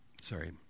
Sorry